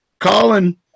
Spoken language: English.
Colin